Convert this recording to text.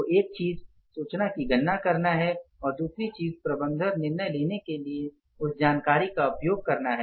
तो एक चीज़ सूचना की गणना करना है और दूसरी चीज़ प्रबंधन निर्णय लेने के लिए उस जानकारी का उपयोग करना है